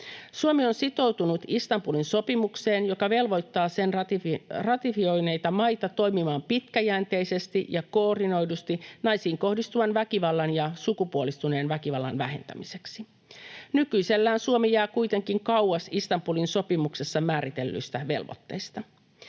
Suomi on sitoutunut Istanbulin sopimukseen, joka velvoittaa sen ratifioineita maita toimimaan pitkäjänteisesti ja koordinoidusti naisiin kohdistuvan väkivallan ja sukupuolistuneen väkivallan vähentämiseksi. Nykyisellään Suomi jää kuitenkin kauas Istanbulin sopimuksessa määritellyistä velvoitteista.